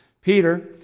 Peter